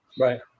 right